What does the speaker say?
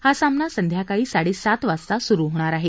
हा सामना संध्याकाळी साडेसात वाजता सुरू होणार आहे